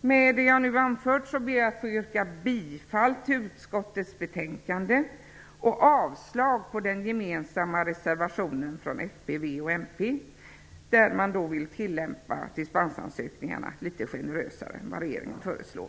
Med det jag nu har anfört ber jag att få yrka bifall till utskottets hemställan och avslag på den gemensamma reservationen från fp, v och mp, där man vill behandla dispensansökningarna litet generösare än vad regeringen föreslår.